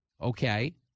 okay